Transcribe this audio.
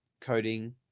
coding